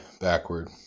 backward